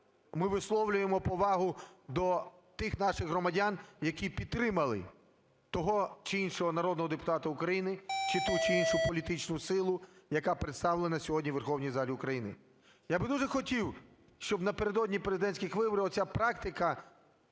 ми висловлюємо повагу до тих наших громадян, які підтримали того чи іншого народного депутата України, чи ту, чи іншу політичну силу, яка представлена сьогодні у верховній залі України. Я б дуже хотів, щоб напередодні президентських виборів оця практика